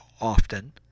often